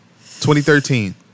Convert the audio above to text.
2013